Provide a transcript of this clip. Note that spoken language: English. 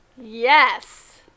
Yes